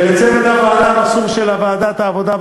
ולצוות הוועדה המסור של ועדת העבודה,